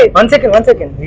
ah one second, one second!